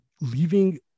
leaving